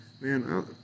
Man